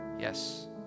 yes